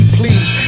please